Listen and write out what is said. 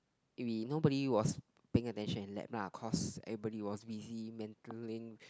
we nobody was paying attention in lab lah cause everybody was busy mentally